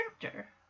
character